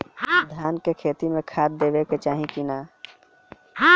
धान के खेती मे खाद देवे के चाही कि ना?